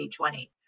2020